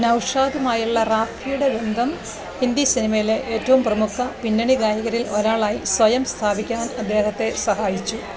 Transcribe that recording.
നൗഷാദുമായുള്ള റാഫിയുടെ ബന്ധം ഹിന്ദി സിനിമയിലെ ഏറ്റവും പ്രമുഖ പിന്നണി ഗായകരിൽ ഒരാളായി സ്വയം സ്ഥാപിക്കാൻ അദ്ദേഹത്തെ സഹായിച്ചു